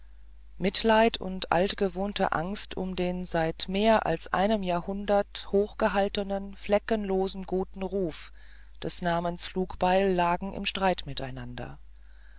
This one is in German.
mitleid und altgewohnte angst um den seit mehr als einem jahrhundert hochgehaltenen fleckenlosen guten ruf des namens flugbeil lagen im streit miteinander